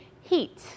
heat